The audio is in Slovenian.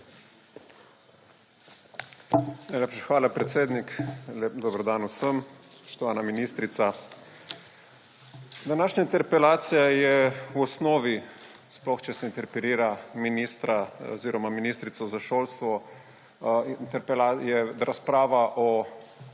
hvala, predsednik. Lep dober dan vsem! Spoštovana ministrica! Današnja interpelacija je v osnovi, sploh če se interpelira ministra oziroma ministrico za šolstvo, razprava o